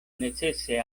necese